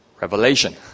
revelation